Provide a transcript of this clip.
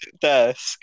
desk